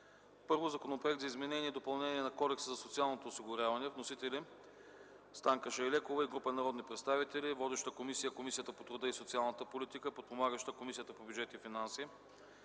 г. Законопроект за изменение и допълнение на Кодекса за социалното осигуряване. Вносители са Станка Шайлекова и група народни представители. Водеща е Комисията по труда и социалната политика. Подпомагаща е Комисията по бюджет и финанси.